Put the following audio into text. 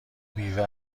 بیوه